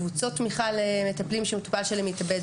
קבוצות תמיכה למטפלים שהמטופל שלהם מתאבד.